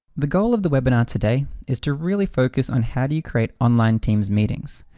the goal of the webinar today is to really focus on how do you create online teams meetings.